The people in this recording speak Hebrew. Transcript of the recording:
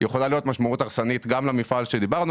יכולה להיות משמעות הרסנית גם למפעל שדיברנו